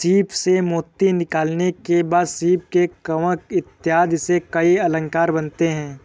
सीप से मोती निकालने के बाद सीप के कवच इत्यादि से कई अलंकार बनते हैं